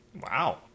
Wow